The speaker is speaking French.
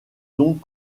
donc